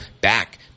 back –